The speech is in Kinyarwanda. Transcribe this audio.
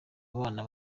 abana